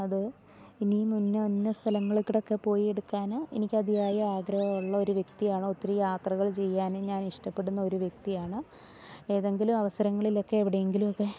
അത് ഇനിയും മുന്ന് ഇന്ന സ്ഥലങ്ങൾക്കിടക്കു പോയി എടുക്കാൻ എനിക്കതിയായ ആഗ്രഹം ഉള്ളൊരു വ്യക്തിയാണ് ഒത്തിരി യാത്രകൾ ചെയ്യാനും ഞാനിഷ്ടപ്പെടുന്നൊരു വ്യക്തിയാണ് ഏതെങ്കിലും അവസരങ്ങളിലൊക്കെ എവിടെയെങ്കിലുമൊക്കെ